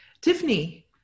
Tiffany